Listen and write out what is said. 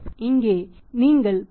இங்கே நீங்கள் 10